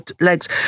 legs